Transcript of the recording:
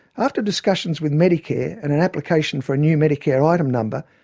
after discussions with medicare and an application for a new medicare item number,